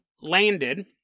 landed